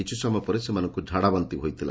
କିଛି ସମୟ ପରେ ସେମାନଙ୍କୁ ଝାଡ଼ା ଓ ବାନ୍ତି ହୋଇଥିଲା